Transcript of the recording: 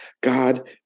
God